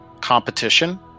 competition